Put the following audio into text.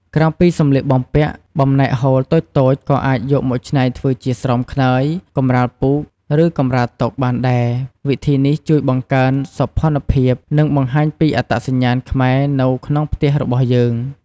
ក្រៅពីសម្លៀកបំពាក់ បំណែកហូលតូចៗ ក៏អាចយកមកច្នៃធ្វើជា ស្រោមខ្នើយ កម្រាលពូក ឬកម្រាលតុ បានដែរ វិធីនេះជួយបង្កើន សោភ័ណភាព និងបង្ហាញពី អត្តសញ្ញាណខ្មែរ នៅក្នុងផ្ទះរបស់យើង។